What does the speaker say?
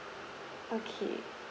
okay